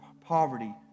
poverty